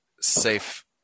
safe